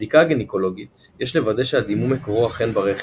בבדיקה הגניקולוגית יש לוודא שהדימום מקורו אכן ברחם,